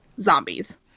Zombies